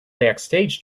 backstage